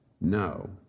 No